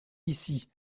ici